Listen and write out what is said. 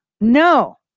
No